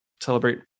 celebrate